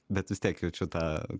bet vis tiek jaučiu tą